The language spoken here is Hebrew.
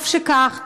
טוב שכך,